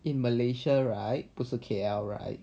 in malaysia right 不是 K_L right